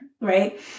right